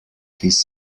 his